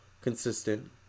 consistent